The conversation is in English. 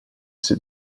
sit